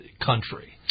country